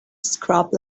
scrub